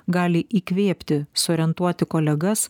gali įkvėpti suorientuoti kolegas